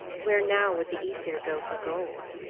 where now would the aesir go for gold?